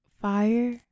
fire